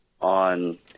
on